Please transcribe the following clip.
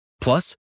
Plus